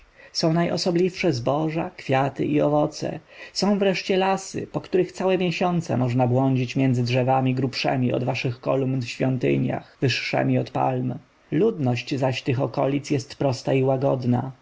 są najosobliwsze zboża kwiaty i owoce są wreszcie lasy po których całe miesiące można błądzić między drzewami grubszemi od waszych kolumn w świątyniach wyższemi od palm ludność zaś tych okolic jest prosta i łagodna